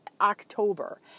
October